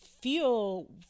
feel